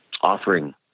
offering